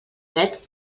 dret